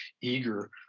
eager